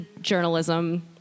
journalism